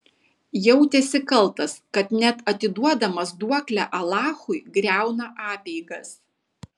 jautėsi kaltas kad net atiduodamas duoklę alachui griauna apeigas